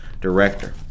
director